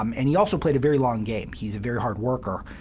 um and he also played a very long game. he's a very hard worker,